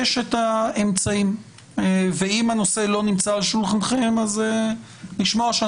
אם הנושא לא נמצא על שולחנכם אני רוצה לשמוע את